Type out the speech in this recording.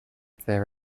their